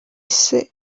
ese